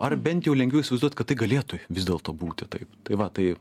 ar bent jau lengviau įsivaizduot kad tai galė vis dėlto būti taip tai va tai